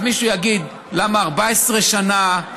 אז מישהו יגיד: למה 14 שנה,